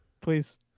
Please